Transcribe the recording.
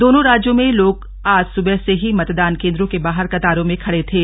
दोनों राज्यों में लोग आज सुबह से ही मतदान केंद्रों के बाहर कतारों में खड़े थे